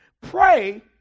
Pray